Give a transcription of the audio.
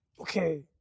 okay